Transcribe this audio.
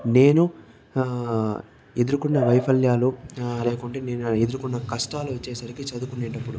నేను ఎదుర్కున్న వైఫల్యాలు లేకుంటే నేను ఎదుర్కున్న కష్టాలు వచ్చేసరికి చదువుకునేటప్పుడు